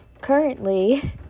currently